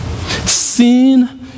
Sin